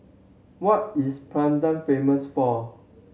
what is Praia famous for